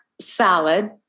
salad